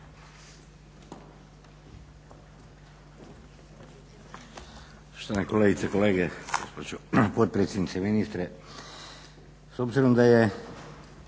i kolege, gospođo potpredsjednice, ministre. S obzirom da je